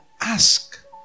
ask